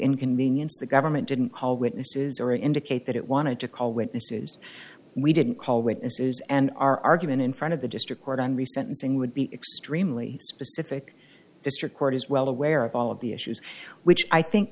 inconvenience the government didn't call witnesses or indicate that it wanted to call witnesses we didn't call witnesses and our argument in front of the district court on re sentencing would be extremely specific district court is well aware of all of the issues which i think